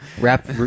Rap